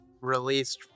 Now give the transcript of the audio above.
released